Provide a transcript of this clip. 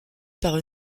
par